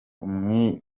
uwiringiyimana